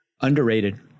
Underrated